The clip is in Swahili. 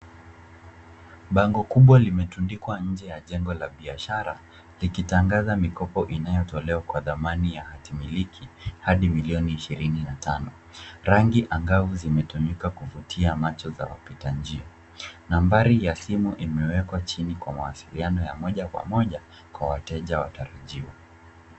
Bango kubwa limetundikwa nje ya jengo la biashara likitangaza mikopo inayotolewa kwa dhamani ya hatilimiki hadi milioni ishirini na tano. Rangi angavu zimetumika kuvutia macho za wapita njia. Nambari ya simu imewekwa chini kwa mawasiliano ya moja kwa moja kwa wateja watarajiwa.